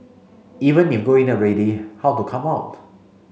even if go in already how to come out